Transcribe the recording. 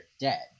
dead